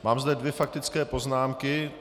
Mám zde dvě faktické poznámky.